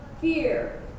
fear